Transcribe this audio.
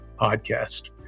podcast